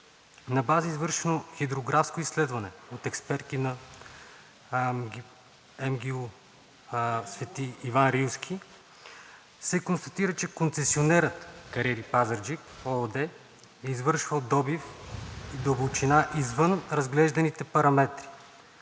на базата на извършено хидрографско изследване от експерти на МГИУ „Св. Иван Рилски“, се констатира, че концесионерът „Кариери Пазарджик“ ООД е извършвал добив в дълбочина, извън разглежданите параметри,